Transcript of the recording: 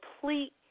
complete